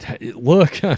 look